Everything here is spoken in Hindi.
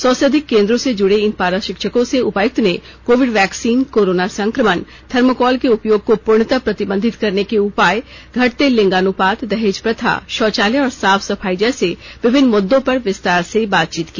सौ से अधिक केंद्रों से जुड़े इन पारा शिक्षकों से उपायुक्त ने कोविड वैक्सीन कोरोना संक्रमण थर्मोकॉल के उपयोग को पूर्णतः प्रतिबंधित करने के उपाय घटते लिंगानुपात दहेज प्रथा शौचालय और साफ सफाई जैसे विभिन्न मुद्दों पर विस्तार से बातचीत की